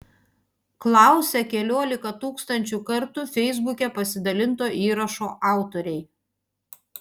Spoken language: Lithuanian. klausia keliolika tūkstančių kartų feisbuke pasidalinto įrašo autoriai